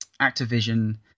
Activision